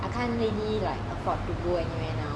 I can't really like afford to go anywhere now